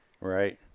right